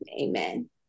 Amen